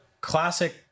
classic